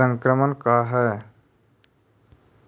संक्रमण का है?